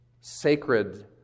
sacred